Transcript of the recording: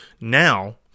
Now